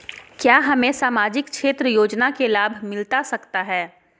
क्या हमें सामाजिक क्षेत्र योजना के लाभ मिलता सकता है?